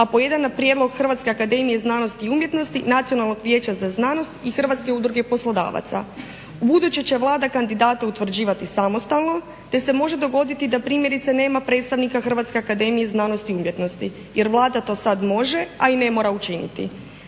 a po jedan na prijedlog HAZU, Nacionalnog vijeća za znanost i Hrvatske udruge poslodavaca. Ubuduće će Vlada kandidate utvrđivati samostalno te se može dogoditi da primjerice nema predstavnika HAZU jer Vlada to sad može, a i ne mora učiniti.